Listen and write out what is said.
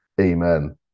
Amen